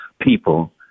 People